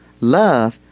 Love